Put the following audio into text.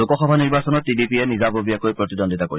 লোকসভা নিৰ্বাচনত T D পিয়ে নিজাববীয়াকৈ প্ৰতিদ্বন্দ্বিতা কৰিব